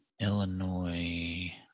Illinois